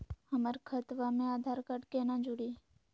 हमर खतवा मे आधार कार्ड केना जुड़ी?